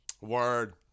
Word